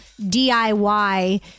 DIY